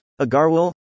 Agarwal